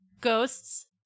ghosts